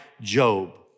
Job